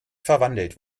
verwandelt